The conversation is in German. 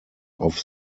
auf